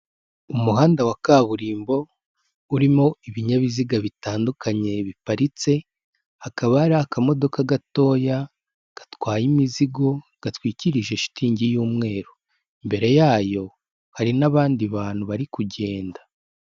Umuhanda wa kaburimbo urimo ibinyabiziga bitandukanye biparitse, hakaba hari akamodoka gatoya gatwaye imizigo, gatwikirije shitingi y'umweru, imbere yayo hari n'abandi bantu bari kugenda.